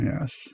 Yes